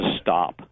stop